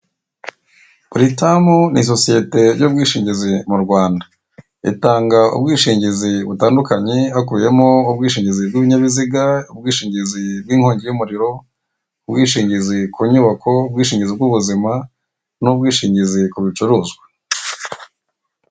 Buritamu ninsosiyete y'ubwishingizi mu Rwanda itanga ubwishingizi butandukanye, hakuyemo ubwishingizi bw'ibinyabiziga, ubwishingizi bw'inkongi y'umuriro, ubwishingizi ku nyubako, ubwishingizi bw'ubuzima n'ubwishingizi ku bicuruzwa.